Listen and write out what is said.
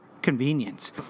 convenience